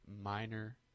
minor